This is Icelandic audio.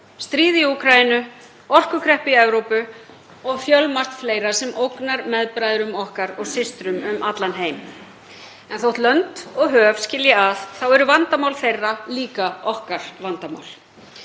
stríð í Úkraínu, orkukreppu í Evrópu og fjölmargt fleira sem ógnar meðbræðrum okkar og systrum um allan heim. En þótt lönd og höf skilji að þá eru vandamál þeirra líka okkar vandamál.